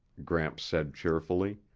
gramps said cheerfully.